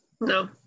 no